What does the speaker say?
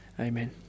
Amen